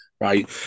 Right